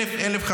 1,000,